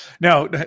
Now